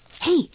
Hey